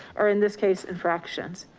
or in this case infractions.